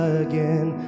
again